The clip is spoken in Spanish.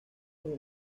desde